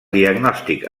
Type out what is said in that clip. diagnòstic